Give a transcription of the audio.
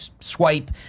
swipe